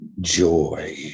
joy